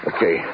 Okay